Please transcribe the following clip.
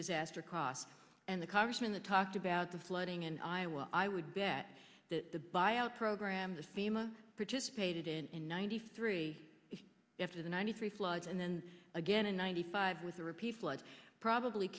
disaster costs and the congressman the talked about the flooding in iowa i would bet that the buyout programs are sima participated in in ninety three after the ninety three floods and then again in ninety five with the repeat floods probably